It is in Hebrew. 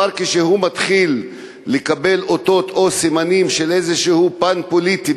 כאשר הדבר מתחיל לקבל אותות או סימנים של איזה פן פוליטי,